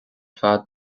fad